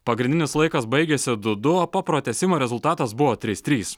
pagrindinis laikas baigėsi du du o po pratęsimo rezultatas buvo trys trys